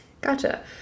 Gotcha